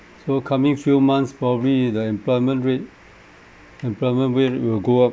so coming few months probably the employment rate employment rate will go up